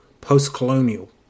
post-colonial